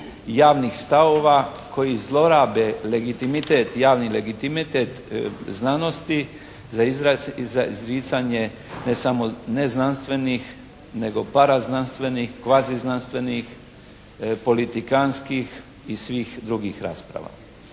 javnih stavova koji zlorabe legitimitet, javni legitimitet znanosti za izricanje ne samo ne znanstvenih, nego para znanstvenih, kvazi znanstvenih politikantskih i svih drugih rasprava.